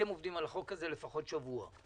אתם עובדים על החוק לפחות שבוע.